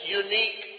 unique